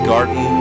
Garden